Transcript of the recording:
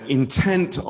intent